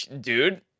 dude